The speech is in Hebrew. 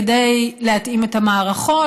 כדי להתאים את המערכות,